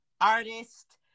artist